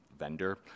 vendor